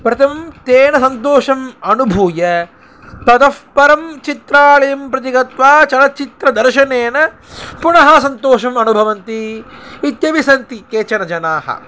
प्रतं तेण सन्तोषम् अनुभूय ततफ़्परं चित्रालयं प्रति गत्वा चलचित्रदर्शनेन पुनः सन्तोषम् अनुभवन्ति इत्यपि सन्ति केचन जनाः